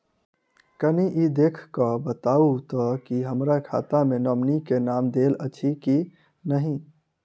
कनि ई देख कऽ बताऊ तऽ की हमरा खाता मे नॉमनी केँ नाम देल अछि की नहि?